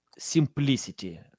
Simplicity